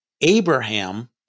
Abraham